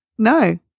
No